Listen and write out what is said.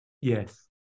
Yes